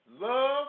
love